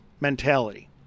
mentality